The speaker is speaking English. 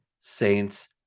Saints